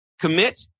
Commit